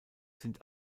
sind